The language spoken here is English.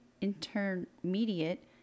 intermediate